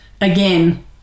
again